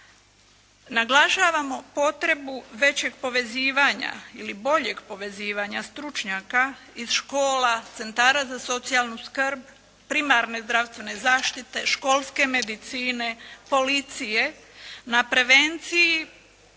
Naglašavamo potrebu većeg povezivanja ili boljeg povezivanja stručnjaka iz škola, centara za socijalnu skrb, primarne zdravstvene zaštite, školske medicine, policije na prevenciji